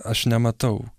aš nematau